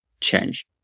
change